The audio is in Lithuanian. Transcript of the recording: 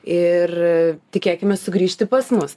ir tikėkimės sugrįžti pas mus